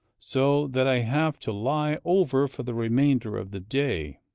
so that i have to lie over for the remainder of the day.